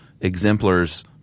exemplars